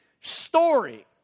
story